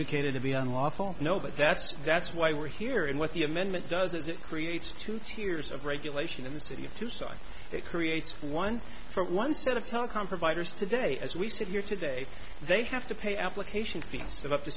icated to be unlawful no but that's that's why we're here and what the amendment does is it creates two tiers of regulation in the city of tucson it creates one for one set of telecom providers today as we sit here today they have to pay application